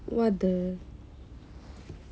what the